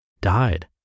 died